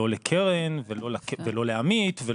לא לקרן ולא לעמית.